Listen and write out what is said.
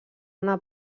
una